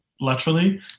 laterally